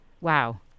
Wow